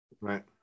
Right